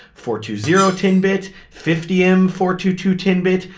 four two zero ten bit, fifty m four two two ten bit,